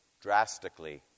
Drastically